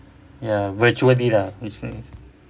ya virtually lah